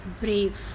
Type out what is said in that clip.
brave